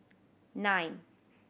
nine